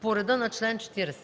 по реда на чл. 40.”